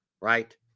right